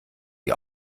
die